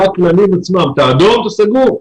אתה אדום, אתה סגור.